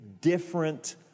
different